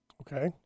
Okay